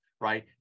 right